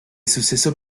suceso